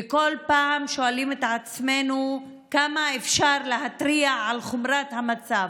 וכל פעם שואלים את עצמנו כמה אפשר להתריע על חומרת המצב,